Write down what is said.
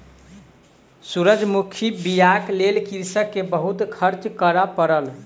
सूरजमुखी बीयाक लेल कृषक के बहुत खर्च करअ पड़ल